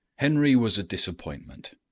henry was a disappointment,